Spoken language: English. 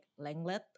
Langlet